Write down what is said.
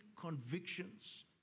convictions